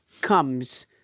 comes